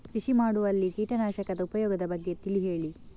ಕೃಷಿ ಮಾಡುವಲ್ಲಿ ಕೀಟನಾಶಕದ ಉಪಯೋಗದ ಬಗ್ಗೆ ತಿಳಿ ಹೇಳಿ